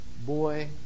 boy